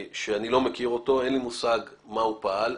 שאני לא מכיר אותו, אין לי מושג מה הוא פעל.